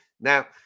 Now